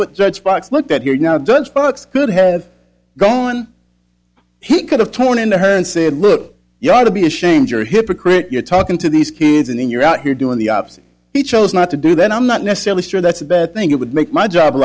sparks look at here now doug sparks could have gone he could have torn into her and said look you ought to be ashamed you're a hypocrite you're talking to these kids and then you're out here doing the opposite he chose not to do that i'm not necessarily sure that's a bad thing it would make my job